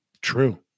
true